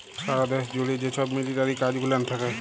সারা দ্যাশ জ্যুড়ে যে ছব মিলিটারি কাজ গুলান থ্যাকে